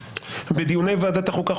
"בדיוני ועדת החוקה,